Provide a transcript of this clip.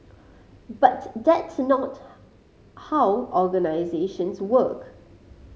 but that's not how organisations work